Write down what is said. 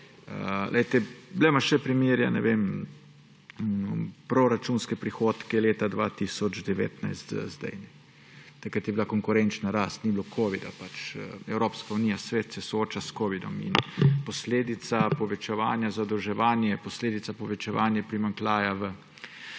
Glejte, LMŠ primerja, ne vem, proračunske prihodke leta 2019 z zdaj. Takrat je bila konkurenčna rast, ni bilo covida pač. Evropska unija, svet se sooča s covidom in posledica povečevanja zadolževanja je posledica povečevanja primanjkljaja.